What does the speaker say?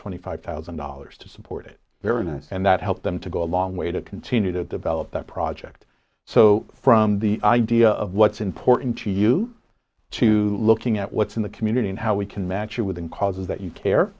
twenty five thousand dollars to support it very well and that helped them to go a long way to continue to develop that project so from the idea of what's important to you to looking at what's in the community and how we can match it within causes that you care